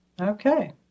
Okay